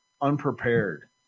unprepared